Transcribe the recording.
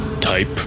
type